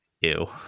Ew